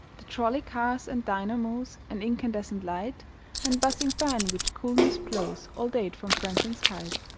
the trolley cars and dynamos and incandescent light and buzzing fan which coolness blows all date from franklin's kite.